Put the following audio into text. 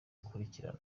akurikirana